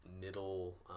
middle